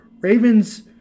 Ravens